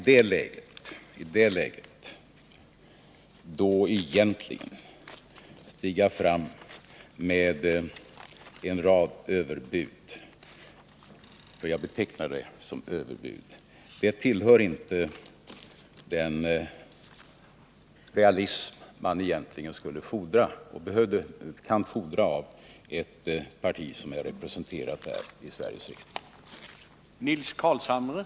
Att i det läget stiga fram med en rad överbud — för jag betecknar det som överbud =— tillhör inte den realism man kan fordra av ett parti som är representerat här i Sveriges riksdag.